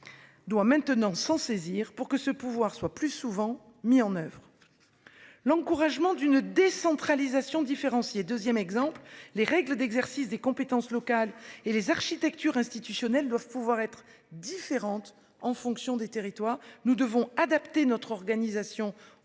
doit maintenant s'en saisir pour que ce pouvoir soit mis en oeuvre plus souvent. Le second concerne l'encouragement d'une décentralisation différenciée. Les règles d'exercice des compétences locales et les architectures institutionnelles doivent pouvoir être différentes en fonction des territoires. Nous devons adapter notre organisation au